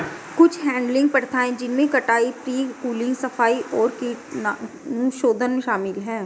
कुछ हैडलिंग प्रथाएं जिनमें कटाई, प्री कूलिंग, सफाई और कीटाणुशोधन शामिल है